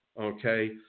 okay